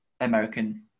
American